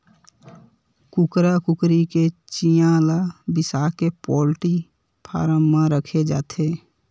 कुकरा कुकरी के चिंया ल बिसाके पोल्टी फारम म राखे जाथे